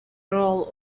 role